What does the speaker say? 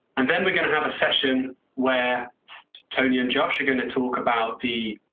and then we're going to have a session where tony and josh are going to talk about the.